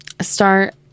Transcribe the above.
start